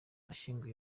ashyinguwe